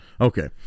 Okay